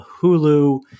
Hulu